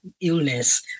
illness